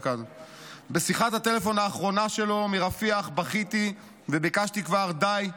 בשיחת הטלפון האחרונה שלו מרפיח בכיתי וביקשתי: 'די,